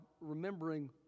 remembering